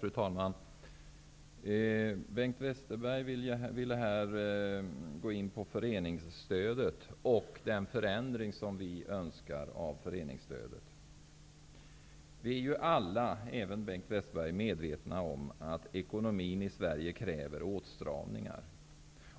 Fru talman! Bengt Westerberg ville här gå in på föreningsstödet och den förändring av detta som vi önskar. Vi är ju alla -- även Bengt Westerberg -- medvetna om att ekonomin i Sverige kräver åtstramningar.